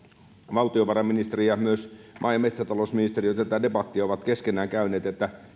valtiovarainministeri ja myös maa ja metsätalousministeri tätä debattia ovat keskenään käyneet